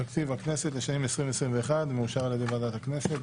תקציב הכנסת לשנים 2021 ו-2022 מאושר על ידי ועדת הכנסת,